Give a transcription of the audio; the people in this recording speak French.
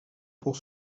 pour